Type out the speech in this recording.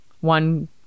one